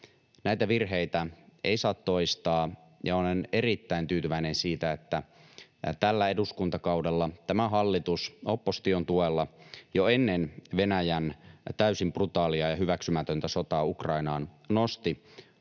Näitä virheitä ei saa toistaa, ja olen erittäin tyytyväinen siihen, että tällä eduskuntakaudella tämä hallitus opposition tuella, jo ennen Venäjän täysin brutaalia ja hyväksymätöntä sotaa Ukrainaan, nosti